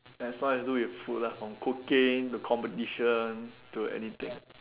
as long as though you have food lah from cooking to competition to anything